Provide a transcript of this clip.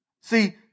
See